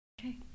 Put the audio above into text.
Okay